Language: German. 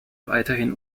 weiterhin